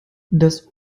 das